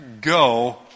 go